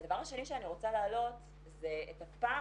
הדבר השני שאני רוצה להעלות זה את הפער